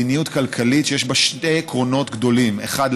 זה קשור למדיניות כלכלית שיש בה שני עקרונות גדולים: אחד,